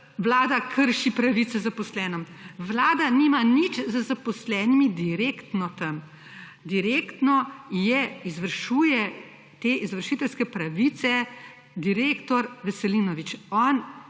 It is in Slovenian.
vlada krši pravice zaposlenim. Vlada nima nič z zaposlenimi direktno tam. Direktno izvršuje te izvršiteljske pravice direktor Veselinovič. On